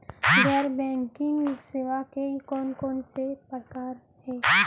गैर बैंकिंग सेवा के कोन कोन से प्रकार हे?